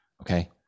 okay